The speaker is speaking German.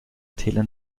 tälern